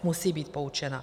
Musí být poučena.